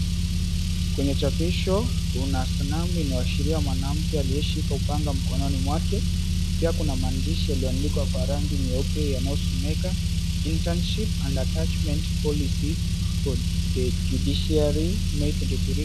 Kwenye chapisho kuna sanamu inayoashiria mwanamke aliyeushika upanga mkononi mwake. Pia kuna maandishi yaliyoandikwa kwa rangi nyeupe yanayosomeka, Internship and attachment policy for the Judiciary May 23, 2023.